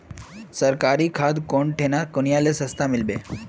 सरकारी खाद कौन ठिना कुनियाँ ले सस्ता मीलवे?